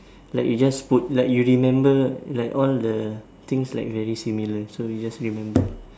like you just put like you remember like all the things like very similar so you just remember